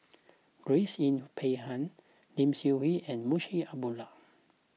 Grace Yin Peck Ha Lim Seok Hui and Munshi Abdullah